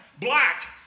Black